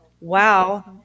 wow